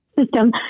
system